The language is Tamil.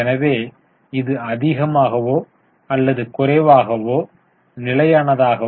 எனவே இது அதிகமாகவோ அல்லது குறைவாகவோ நிலையானதாகவும்